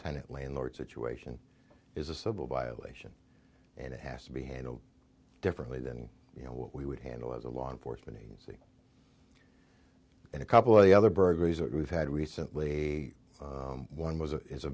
tenant landlord situation is a civil violation and it has to be handled differently than you know what we would handle as a law enforcement agency and a couple of the other burglaries are we've had recently one was a is a